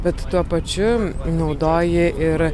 bet tuo pačiu naudoji ir